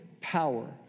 power